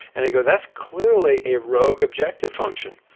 and it goes. that's clearly a rogue objective function.